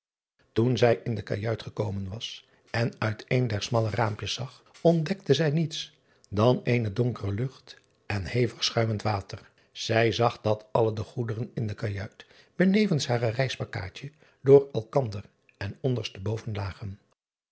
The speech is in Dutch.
oen zij in de kajuit gekomen was en uit een der smalle raampjes zag ontdekte zij niets dan eene donkere lucht en hevigschuimend water ij zag dat alle de goederen in de kajuit benevens hare reispakkaadje door elkander en onderste boven lagen